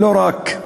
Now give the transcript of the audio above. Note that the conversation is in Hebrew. לא רק,